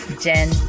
Jen